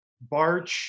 Barch